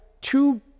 two